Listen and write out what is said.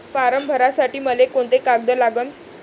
Form भरासाठी मले कोंते कागद लागन?